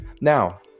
now